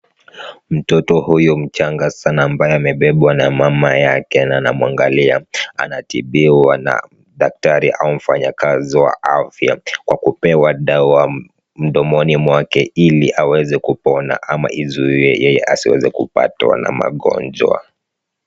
Mtoto huyu mchanga sana ambaye amebebwa na mama yake na anamwangalia. Anatibiwa na daktari au mfanyakazi wa afya kwa kupewa dawa mdomoni mwake ili aweze kupona, au izuie yeye asiweze kupatwa na magonjwa.